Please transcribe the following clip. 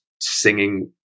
singing